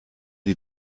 die